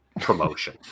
promotion